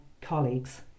colleagues